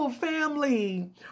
family